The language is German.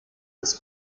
des